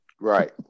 Right